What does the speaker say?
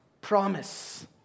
promise